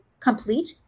Complete